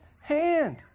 hand